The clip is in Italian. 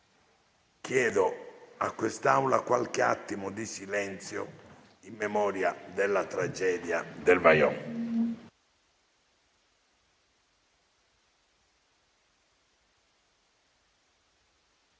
chiedo a quest'Aula qualche attimo di silenzio in memoria della tragedia del Vajont.